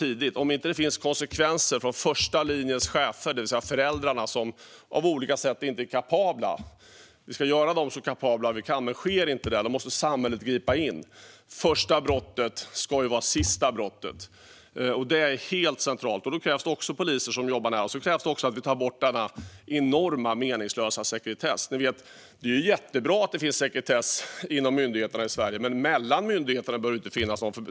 Samhället måste gripa in om det inte finns konsekvenser från första linjens chefer, det vill säga föräldrar som på olika sätt inte är kapabla - vi ska göra dem så kapabla vi kan, men om det inte sker måste samhället gripa in. Första brottet ska vara det sista brottet. Det är helt centralt. Då krävs det också poliser som jobbar nära. Det krävs också att vi tar bort denna enorma, meningslösa sekretess. Det är jättebra att det finns sekretess inom myndigheterna i Sverige. Men mellan myndigheterna bör det inte finnas någon.